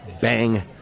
bang